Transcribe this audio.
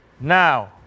now